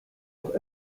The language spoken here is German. auch